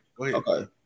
okay